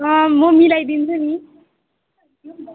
म मिलाइदिन्छु नि